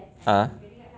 ah